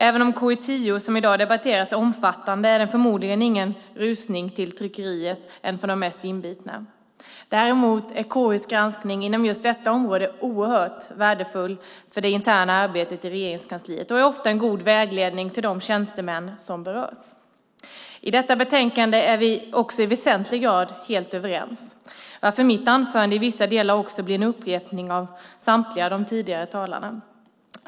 Även om KU10, som i dag debatteras, är omfattande är det förmodligen ingen kioskvältare ens för de mest inbitna. Däremot är KU:s granskning inom just detta område oerhört värdefull för det interna arbetet i Regeringskansliet och är ofta en god vägledning för de tjänstemän som berörs. I detta betänkande är vi också i väsentlig grad överens. Mitt anförande blir därför i vissa delar en upprepning av vad samtliga de tidigare talarna har sagt.